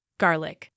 garlic